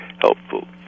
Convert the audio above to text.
helpful